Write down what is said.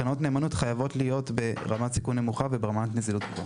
קרנות נאמנות חייבות להיות ברמת סיכון נמוכה וברמת נזילות גבוהה.